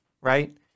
right